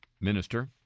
Minister